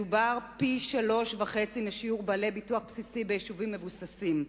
מדובר בפי-3.5 משיעור בעלי ביטוח בסיס ביישובים מבוססים.